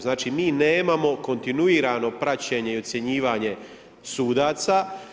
Znači mi nemamo kontinuirano praćenje i ocjenjivanje sudaca.